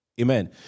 Amen